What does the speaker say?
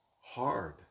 hard